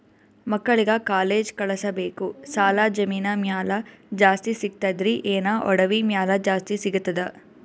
ಮಕ್ಕಳಿಗ ಕಾಲೇಜ್ ಕಳಸಬೇಕು, ಸಾಲ ಜಮೀನ ಮ್ಯಾಲ ಜಾಸ್ತಿ ಸಿಗ್ತದ್ರಿ, ಏನ ಒಡವಿ ಮ್ಯಾಲ ಜಾಸ್ತಿ ಸಿಗತದ?